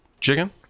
chicken